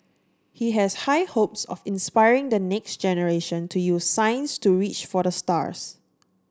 he has high hopes of inspiring the next generation to use science to reach for the stars